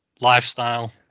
lifestyle